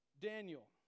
Daniel